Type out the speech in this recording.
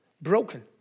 broken